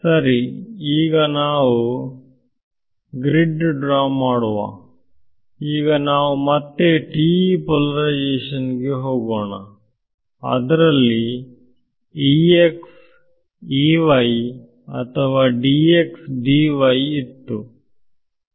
ಸರಿ ನಾವು ಈಗ ಗ್ರಿಡ್ ಡ್ರಾ ಮಾಡುವ ಈಗ ನಾವು ಮತ್ತೆ TE ಪೋಲಾರೈಸೇಶನ್ ಗೆ ಹೋಗೋಣ ಅದರಲ್ಲಿ ಅಥವಾ ಇತ್ತು